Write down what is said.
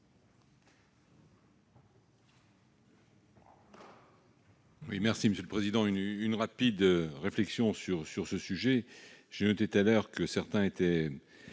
Merci,